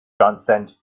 transcend